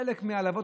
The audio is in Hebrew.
חלק מהעלבות